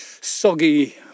soggy